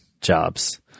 jobs